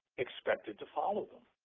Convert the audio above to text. expected to follow them.